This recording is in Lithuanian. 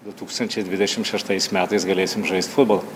du tūkstančiai dvidešim šeštais metais galėsim žaist futbolą